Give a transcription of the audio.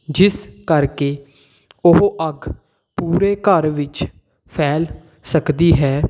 ਜਿਸ ਕਰਕੇ ਉਹ ਅੱਗ ਪੂਰੇ ਘਰ ਵਿੱਚ ਫੈਲ ਸਕਦੀ ਹੈ